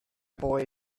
boy